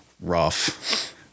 Rough